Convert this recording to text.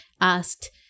asked